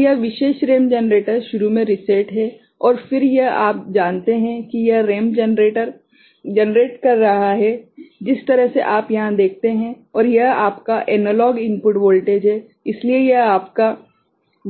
तो यह विशेष रैंप जनरेटर शुरू में रीसेट है और फिर यह आप जानते हैं की यह रैंप जनरेट कर रहा है जिस तरह से आप यहां देखते हैं और यह आपका एनालॉग इनपुट वोल्टेज है इसलिए यह आपका